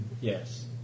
Yes